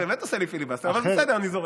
אתה באמת עושה לי פיליבסטר, אבל בסדר, אני זורם.